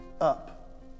up